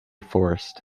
forced